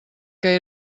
que